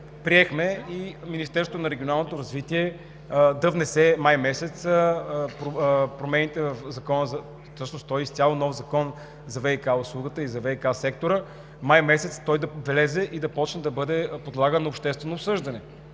приехме и Министерството на регионалното развитие да внесе май месец промените в изцяло новия закон за ВиК услугата и за ВиК сектора – май месец той да влезе и да почне да бъде подлаган на обществено обсъждане.